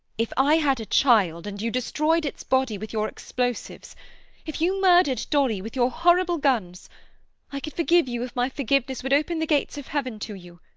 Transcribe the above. if i had a child, and you destroyed its body with your explosives if you murdered dolly with your horrible guns i could forgive you if my forgiveness would open the gates of heaven to you.